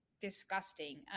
disgusting